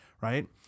right